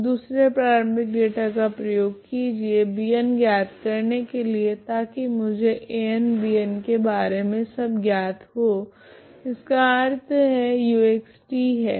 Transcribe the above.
अब दूसरे प्रारम्भिक डेटा का प्रयोग कीजिए Bn ज्ञात करने के लिए ताकि मुझे An Bn के बारे मे सब ज्ञात हो इसका अर्थ uxt है